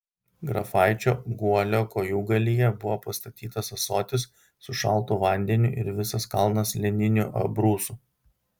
grafaičio guolio kojūgalyje buvo pastatytas ąsotis su šaltu vandeniu ir visas kalnas lininių abrūsų